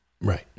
Right